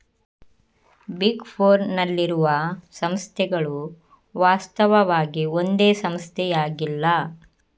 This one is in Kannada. ಬಿಗ್ ಫೋರ್ನ್ ನಲ್ಲಿರುವ ಸಂಸ್ಥೆಗಳು ವಾಸ್ತವವಾಗಿ ಒಂದೇ ಸಂಸ್ಥೆಯಾಗಿಲ್ಲ